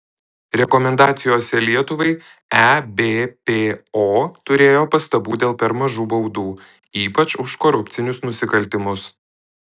rekomendacijose lietuvai ebpo turėjo pastabų dėl per mažų baudų ypač už korupcinius nusikaltimus